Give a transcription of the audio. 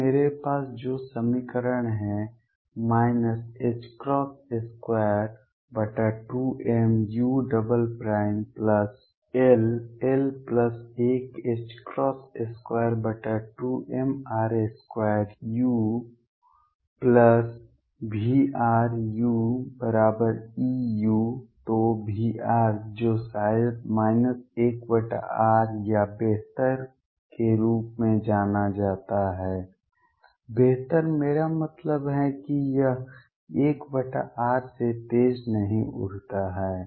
तो मेरे पास जो समीकरण है 22mull122mr2uVruEu तो Vr जो शायद 1r या बेहतर के रूप में जाता है बेहतर मेरा मतलब है कि यह 1r से तेज नहीं उड़ता है